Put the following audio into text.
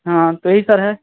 हाँ तो यही सर है